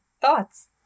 Thoughts